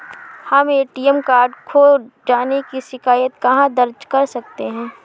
हम ATM card खो जाने की शिकायत कहाँ दर्ज कर सकते हैं?